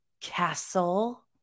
castle